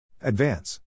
Advance